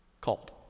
called